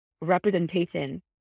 Representation